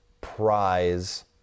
prize